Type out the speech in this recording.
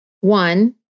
One